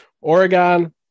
Oregon